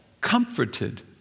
comforted